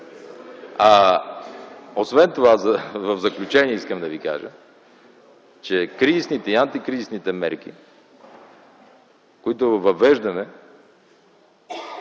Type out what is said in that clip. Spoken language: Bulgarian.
Освен това, в заключение искам да Ви кажа, че кризисните и антикризисните мерки, които въвеждаме